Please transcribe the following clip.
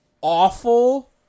awful